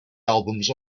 albums